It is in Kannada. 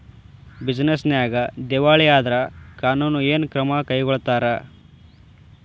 ಬಿಜಿನೆಸ್ ನ್ಯಾಗ ದಿವಾಳಿ ಆದ್ರ ಕಾನೂನು ಏನ ಕ್ರಮಾ ಕೈಗೊಳ್ತಾರ?